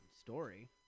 story